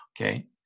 okay